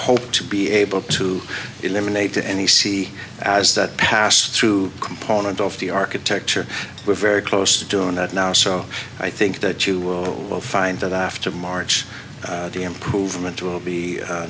hoped to be able to eliminate any c as that pass through component of the architecture were very close to doing that now so i think that you will find that after march the improvement will be